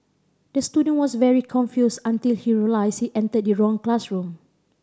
the student was very confused until he realised he entered the wrong classroom